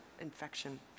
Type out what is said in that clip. infection